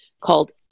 called